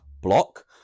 block